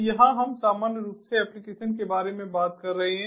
तो यहां हम सामान्य रूप से एप्लीकेशन के बारे में बात कर रहे हैं